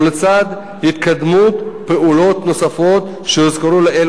ולצד התקדמות פעולות נוספות שהוזכרו לעיל